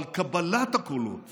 אבל קבלת הקולות